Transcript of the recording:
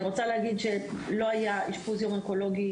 אני רוצה להגיד, שלא היה אשפוז יום אונקולוגי,